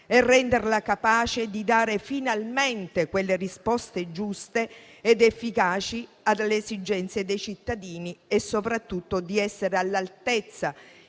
e renderla capace di dare finalmente risposte giuste ed efficaci alle esigenze dei cittadini e, soprattutto, di essere all'altezza,